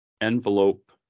envelope